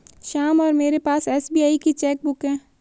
श्याम और मेरे पास एस.बी.आई की चैक बुक है